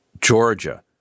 Georgia